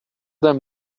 them